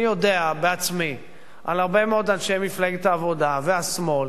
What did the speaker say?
אני יודע בעצמי על הרבה מאוד אנשי מפלגת העבודה והשמאל